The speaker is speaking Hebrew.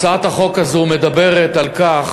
הצעת החוק הזאת מדברת על כך